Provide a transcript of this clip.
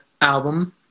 album